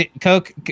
Coke